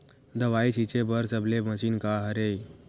दवाई छिंचे बर सबले मशीन का हरे?